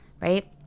right